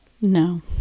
No